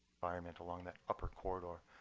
environment along that upper corridor.